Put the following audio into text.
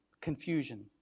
Confusion